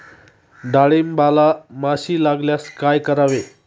डाळींबाला माशी लागल्यास काय करावे?